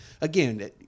Again